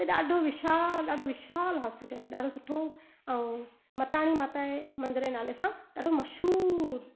त ॾाढो विशाल ॾाढो विशाल हॉस्पिटल आहे ॾाढो सुठो ऐं मताणी माता आहे मंदरु जे नाले सां ॾाढो मशहूरु